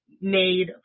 made